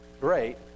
great